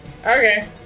Okay